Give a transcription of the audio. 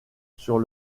sur